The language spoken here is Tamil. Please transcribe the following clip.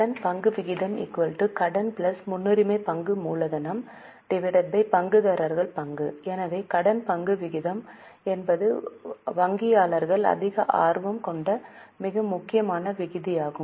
கடன் பங்கு விகிதம் கடன் முன்னுரிமை பங்கு மூலதனம் பங்குதாரர்கள் பங்கு எனவே கடன் பங்கு விகிதம் என்பது வங்கியாளர்கள் அதிக ஆர்வம் கொண்ட மிக முக்கியமான விகிதமாகும்